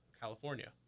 California